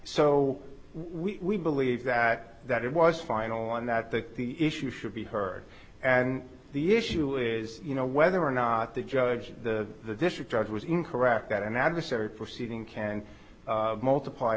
so we believe that that it was final and that the issue should be heard and the issue is you know whether or not the judge and the district judge was incorrect that an adversary proceeding can multiply